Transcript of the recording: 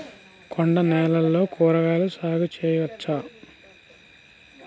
కొండ నేలల్లో కూరగాయల సాగు చేయచ్చా?